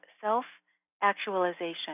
self-actualization